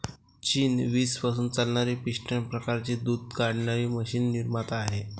चीन वीज पासून चालणारी पिस्टन प्रकारची दूध काढणारी मशीन निर्माता आहे